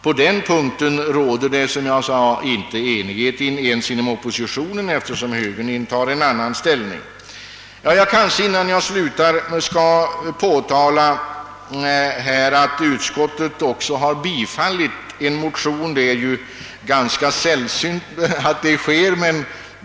På den punkten råder, som jag sade, inte ens enighet inom oppositionen, eftersom högern intar en annan ståndpunkt. NS Innan jag slutar kanske jag också skall nämna att utskottet har tillstyrkt en motion — det är ganska sällsynt att så sker.